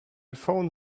phone